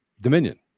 Dominion